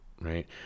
right